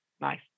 Nice